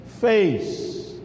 face